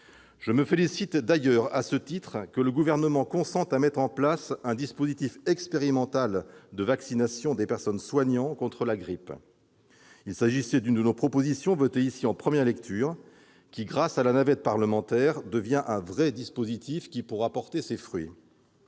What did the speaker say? Je me félicite d'ailleurs, à ce titre, que le Gouvernement consente à mettre en place un dispositif expérimental de vaccination des personnels soignants contre la grippe, conformément à l'une de nos propositions, votée ici en première lecture, qui, grâce à la navette parlementaire, va devenir un vrai dispositif, qui pourra porter ses fruits.